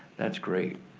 that's great.